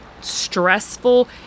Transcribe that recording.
stressful